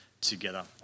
together